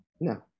No